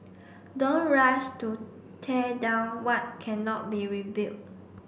don't rush to tear down what cannot be rebuilt